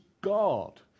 God